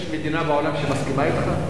יש מדינה בעולם שמסכימה אתך?